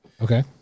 Okay